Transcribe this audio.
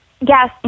Yes